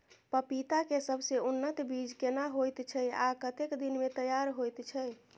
पपीता के सबसे उन्नत बीज केना होयत छै, आ कतेक दिन में तैयार होयत छै?